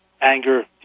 anger